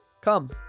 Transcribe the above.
Come